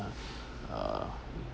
err